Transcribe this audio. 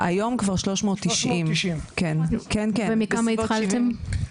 היום כבר 390. ומכמה התחלתם?